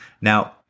Now